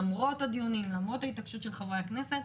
למרות הדיונים וההתעקשות של חברי הכנסת,